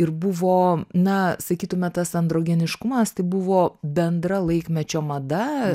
ir buvo na sakytume tas androgeniškumas tai buvo bendra laikmečio mada